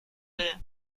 will